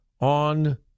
on